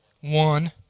One